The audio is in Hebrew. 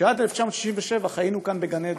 שעד 1967 חיינו כאן בגן עדן,